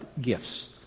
gifts